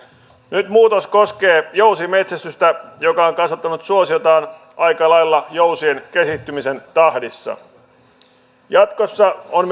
nyt muutos koskee jousimetsästystä joka on kasvattanut suosiotaan aika lailla jousien kehittymisen tahdissa jatkossa on